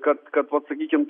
kad kad vat sakykim